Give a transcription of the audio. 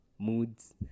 moods